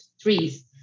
trees